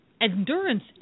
endurance